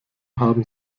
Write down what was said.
haben